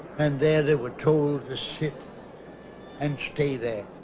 and there they were told the ship and stay there